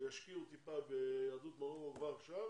שישקיעו טיפה ביהדות מרוקו כבר עכשיו